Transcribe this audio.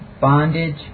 Bondage